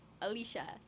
Alicia